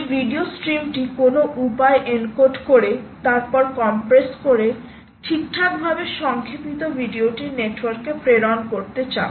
সেই ভিডিও স্ট্রিমটি কোনও উপায়ে এনকোড করে তারপর কম্প্রেস করে ঠিকঠাকভাবে সংক্ষেপিত ভিডিওটি নেটওয়ার্কে প্রেরণ করতে চাও